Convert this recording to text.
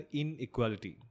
inequality